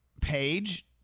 page